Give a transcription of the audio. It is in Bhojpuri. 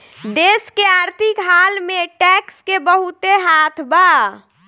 देश के आर्थिक हाल में टैक्स के बहुते हाथ बा